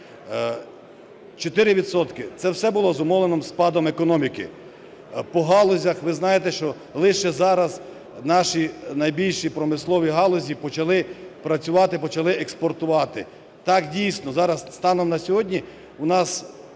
це все було зумовлено спадом економіки. По галузях, ви знаєте, що лише зараз наші найбільші промислові галузі почали працювати, почали експортувати. Так, дійсно, зараз станом на сьогодні у нас